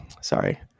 Sorry